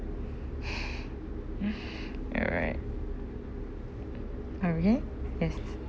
you are right are we yes